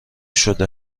شده